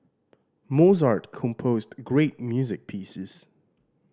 Mozart composed great music pieces